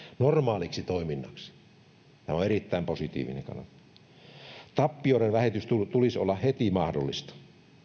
normaaliksi toiminnaksi tämä on erittäin positiivinen kannanotto ja tappioiden vähentämisen tulisi olla heti mahdollista